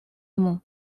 ему